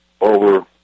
over